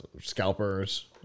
scalpers